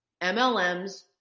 MLMs